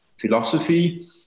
philosophy